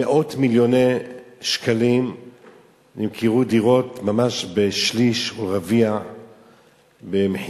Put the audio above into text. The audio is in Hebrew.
במאות מיליוני שקלים נמכרו דירות ממש בשליש או רביע ממחירן.